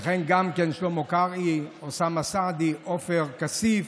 וכן שלמה קרעי, אוסאמה סעדי, עופר כסיף,